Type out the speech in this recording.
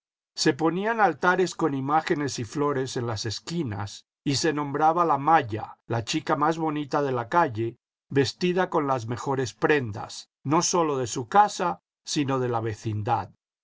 se ponían altares con imágenes y flores en las esquinas y se nombraba la maya la chica más bonita de la calle vestida con las mejores prendas no sólo de su casa sino de la vecindad